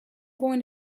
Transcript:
going